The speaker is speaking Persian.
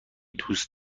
دوست